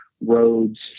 roads